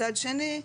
מצד שני,